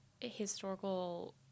historical